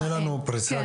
תני לנו פריסה,